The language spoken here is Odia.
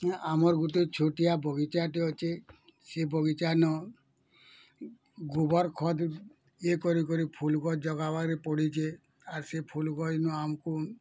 ଆମର୍ ଗୋଟେ ଛୋଟିଆ ବଗିଚାଟେ ଅଛି ସେ ବଗିଚା ନ ଗୋବର୍ ଖତ୍ ଇଏ କରି କରି ଫୁଲ୍ ଗଛ୍ ଜଗାବାରେ ପଡ଼ିଛେ ଆର୍ ସେ ଫୁଲ୍ ଗଇନ ଆମକୁ